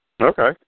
Okay